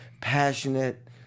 passionate